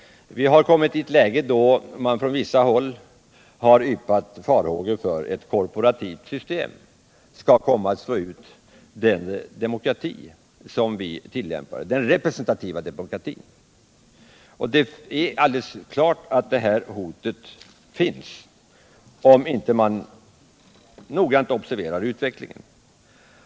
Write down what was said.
Vi har kommit till ett läge då det från vissa håll yppats farhågor för att ett korporativt system skall komma att slå ut den representativa demokrati vi tillämpar. Det är alldeles klart att det finns en sådan risk, om man inte noggrant följer utvecklingen.